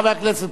אדוני השר,